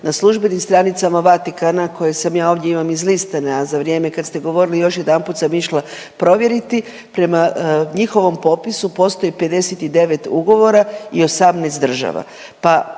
Na službenim stranicama Vatikana koje sam ja ovdje imam izlistane, a za vrijeme kad ste govorili još jedanput sam išla provjeriti. Prema njihovom popisu postoji 59 ugovora i 18 država.